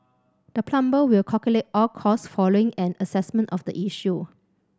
the plumber will calculate all costs following an assessment of the issue